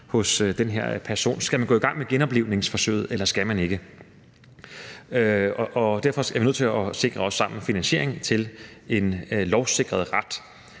hos den her person? Skal man gå i gang med genoplivningsforsøget, eller skal man ikke? Derfor er vi også sammen med finansieringen nødt til